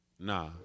Nah